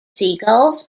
seagulls